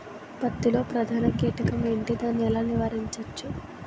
పత్తి లో ప్రధాన కీటకం ఎంటి? దాని ఎలా నీవారించచ్చు?